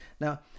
now